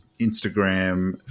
Instagram